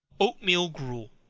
oat-meal gruel.